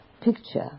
picture